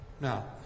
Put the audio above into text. Now